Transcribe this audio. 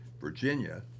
Virginia